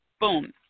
Boom